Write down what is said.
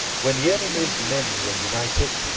when the enemy's men were united,